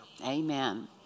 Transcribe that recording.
Amen